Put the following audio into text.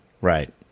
Right